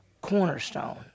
cornerstone